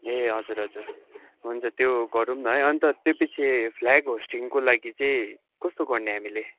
ए हजुर हजुर हुन्छ त्यो गरौँ न है अन्त त्योपछि फ्ल्याग होस्टिङको लागि चाहिँ कस्तो गर्ने हामीले